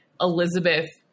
Elizabeth